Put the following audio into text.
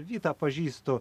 vytą pažįstu